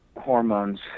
hormones